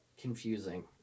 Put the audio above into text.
confusing